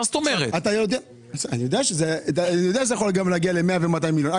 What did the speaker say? אני יודע שזה יכול להגיע ל-100 ו-200 מיליון שקלים.